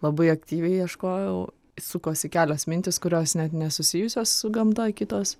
labai aktyviai ieškojau sukosi kelios mintys kurios net nesusijusios su gamta kitos